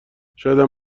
شایدم